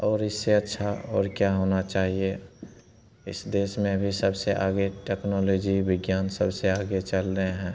और इससे अच्छा और क्या होना चाहिए इस देश में भी सबसे आगे टेक्नोलोजी विज्ञान सबसे आगे चल रहे हैं